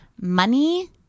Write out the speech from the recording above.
Money